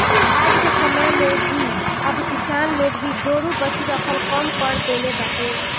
आजके समय में अब किसान लोग भी गोरु बछरू रखल कम कर देले बाटे